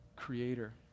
creator